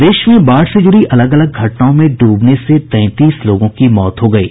प्रदेश में बाढ़ से जुड़ी अलग अलग घटनाओं में डूबने से तैंतीस लोगों की मौत हो गयी है